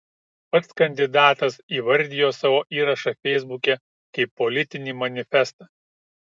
pats kandidatas įvardijo savo įrašą feisbuke kaip politinį manifestą